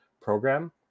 program